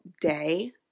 day